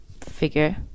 figure